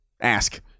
ask